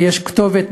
שיש כתובת,